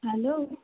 hello